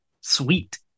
sweet